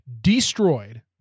destroyed